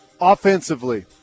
offensively